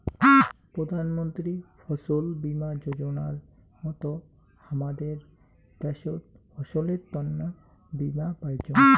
প্রধান মন্ত্রী ফছল বীমা যোজনার মত হামাদের দ্যাশোত ফসলের তন্ন বীমা পাইচুঙ